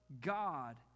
God